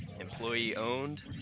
Employee-owned